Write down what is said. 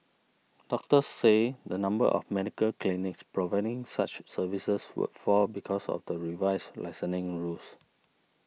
doctors said the number of medical clinics providing such services would fall because of the revised licensing rules